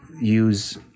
use